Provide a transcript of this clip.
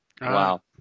Wow